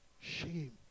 Shame